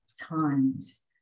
times